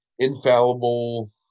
Infallible